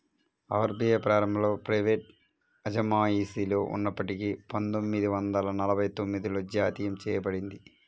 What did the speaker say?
RBI ప్రారంభంలో private అజమాయిషిలో ఉన్నప్పటికీ పందొమ్మిది వందల నలభై తొమ్మిదిలో జాతీయం చేయబడింది